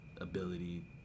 ability